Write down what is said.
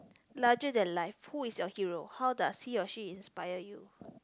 larger than life who is your hero how does he or she inspire you